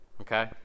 Okay